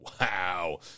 Wow